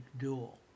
duel